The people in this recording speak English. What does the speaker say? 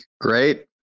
Great